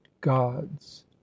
gods